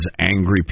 angry